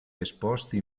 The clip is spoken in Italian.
esposti